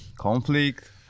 conflict